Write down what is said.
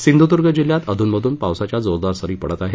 सिंधुद्ग जिल्ह्यात अध्नमधून पावसाच्या जोरदार सरी पडत आहेत